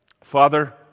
Father